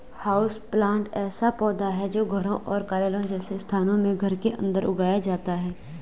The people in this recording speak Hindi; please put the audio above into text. हाउसप्लांट ऐसा पौधा है जो घरों और कार्यालयों जैसे स्थानों में घर के अंदर उगाया जाता है